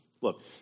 Look